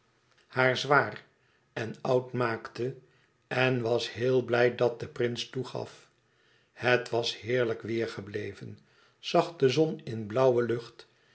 haar zwaar en oud maakte en was heel blij dat de prins toegaf het was heerlijk weêr gebleven zachte zon in blauwe lucht